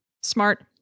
smart